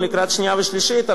לקראת קריאה שנייה ושלישית,